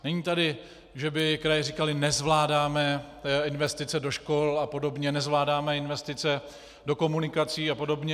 Není tady to, že by kraje říkaly: nezvládáme investice do škol a podobně, nezvládáme investice do komunikací a podobně.